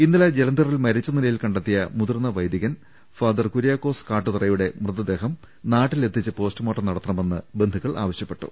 ഇന്നലെ ജലന്ധറിൽ മരിച്ച നിലയിൽ കണ്ടെത്തിയ മുതിർന്ന വൈദികൻ ഫാദർ കുര്യാക്കോസ് കാട്ടുതറയുടെ മൃതദേഹം നാട്ടി ലെത്തിച്ച് പോസ്റ്റ്മോർട്ടം നടത്തണമെന്ന് ബന്ധുക്കൾ ആവശ്യപ്പെ ട്ടു